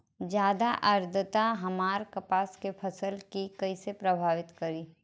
ज्यादा आद्रता हमार कपास के फसल कि कइसे प्रभावित करी?